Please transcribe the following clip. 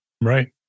Right